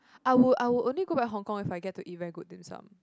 I would I would only go back hong-kong if I get to eat very good dim sum